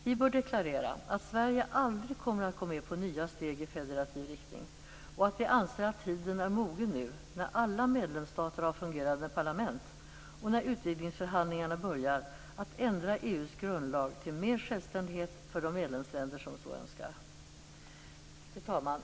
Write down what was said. Vi bör deklarera att Sverige aldrig kommer att gå med på nya steg i federativ riktning och att vi anser att tiden är mogen nu, när alla medlemsstater har fungerande parlament och när utvidgningsförhandlingarna börjar, att ändra EU:s grundlag så att det blir mer av självständighet för de medlemsländer som så önskar. Fru talman!